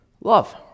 love